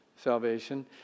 Salvation